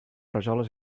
rajoles